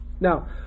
Now